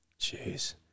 Jeez